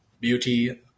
beauty